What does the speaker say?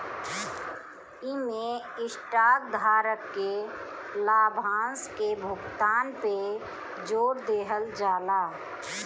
इमें स्टॉक धारक के लाभांश के भुगतान पे जोर देहल जाला